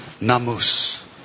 Namus